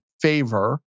favor